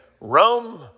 Rome